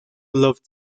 loved